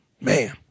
Man